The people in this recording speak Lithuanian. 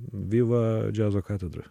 viva džiazo katedra